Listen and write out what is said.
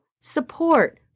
support